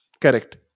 Correct